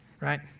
right